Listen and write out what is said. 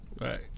right